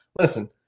listen